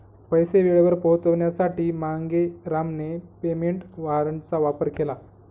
पैसे वेळेवर पोहोचवण्यासाठी मांगेरामने पेमेंट वॉरंटचा वापर केला